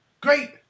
great